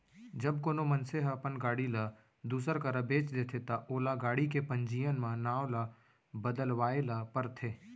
जब कोनो मनसे ह अपन गाड़ी ल दूसर करा बेंच देथे ता ओला गाड़ी के पंजीयन म नांव ल बदलवाए ल परथे